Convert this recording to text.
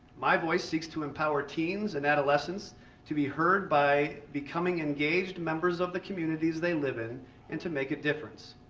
my voice seeks to empower teens and adolescence to be heard by becoming engaged members of communities they live in and to make a difference.